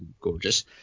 gorgeous